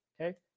okay